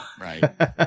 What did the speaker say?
Right